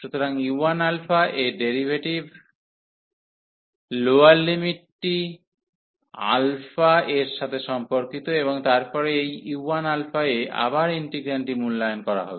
সুতরাং u1 এর ডেরাইভেটিভ্যার লোয়ার লিমিটটি α এর সাথে সম্পর্কিত এবং তারপরে এই u1 এ আবার ইন্টিগ্রান্ডটি মূল্যায়ন করা হবে